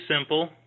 simple